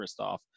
Kristoff